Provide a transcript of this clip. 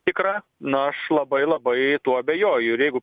tikra na aš labai labai tuo abejoju ir jeigu